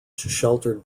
sheltered